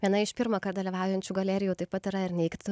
viena iš pirmąkart dalyvaujančių galerijų taip pat yra ir neigti